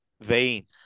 vein